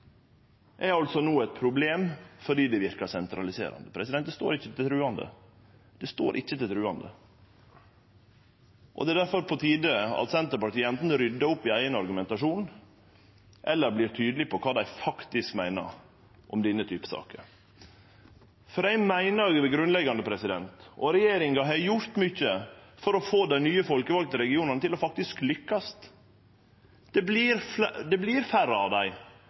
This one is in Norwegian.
er altså no eit problem fordi det verkar sentraliserande. Det står ikkje til truande. Det er difor på tide at Senterpartiet enten ryddar opp i eigen argumentasjonen eller vert tydelege på kva dei faktisk meiner om denne typen saker. Regjeringa har gjort mykje for å få dei nye folkevalde regionane til å lykkast. Det vert færre av dei, men dei skal verte sterkare. Difor sørgjer vi for fagmiljø for ei av dei